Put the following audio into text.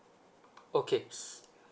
okay